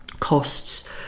Costs